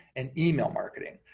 and email marketing.